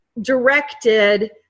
directed